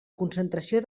concentració